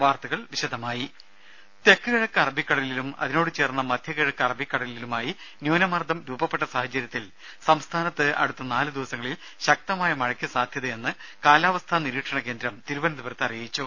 വാർത്തകൾ വിശദമായി തെക്ക് കിഴക്ക് അറബിക്കടലിലും അതിനോട് ചേർന്ന മധ്യ കിഴക്ക് അറബിക്കടലിലുമായി രൂപപ്പെട്ട ന്യൂനമർദ്ദം സാഹചര്യത്തിൽ സംസ്ഥാനത്ത് അടുത്ത നാല് ദിവസങ്ങളിൽ ശക്തമായ മഴയ്ക്ക് സാധ്യതയെന്ന് കാലാവസ്ഥാ നിരീക്ഷണ കേന്ദ്രം തിരുവനന്തപുരത്ത് അറിയിച്ചു